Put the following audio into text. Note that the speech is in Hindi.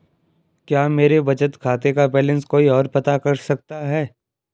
क्या मेरे बचत खाते का बैलेंस कोई ओर पता कर सकता है?